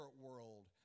world